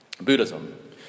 Buddhism